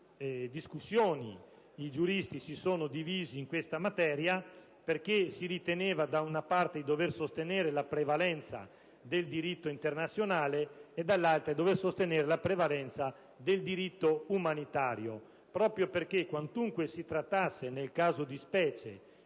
discussioni; i giuristi si sono divisi su questa materia perché si riteneva, da una parte, di dover sostenere la prevalenza del diritto internazionale e, dall'altra, di dover sostenere la prevalenza del diritto umanitario, proprio perché quantunque si trattasse, nel caso di specie,